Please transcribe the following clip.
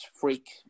freak